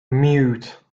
mute